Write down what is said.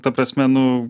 ta prasme nu